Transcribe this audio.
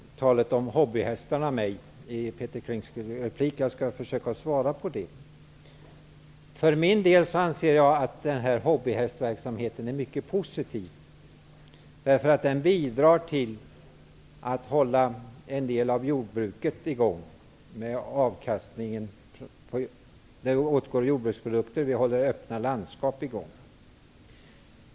Herr talman! Såvitt jag kan förstå riktar sig Peter Kling till mig i sin replik om hobbyhästarna. Jag skall försöka svara honom på den. Jag anser att denna hobbyhästverksamhet är mycket positiv, därför att den genom avkastningen bidrar till att hålla en del av jordbruket i gång. Det går åt jordbruksprodukter och man bibehåller öppna landskap.